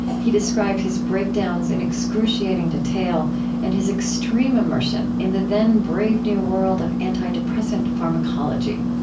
he described his breakdowns in excruciating, detail and his extreme immersion in the then-brave new world of antidepressant pharmacology.